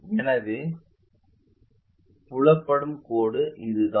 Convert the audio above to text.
எனவே புலப்படும் கோடு இதுதான்